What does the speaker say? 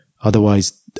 Otherwise